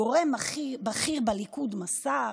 גורם בכיר בליכוד מסר: